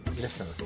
Listen